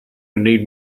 need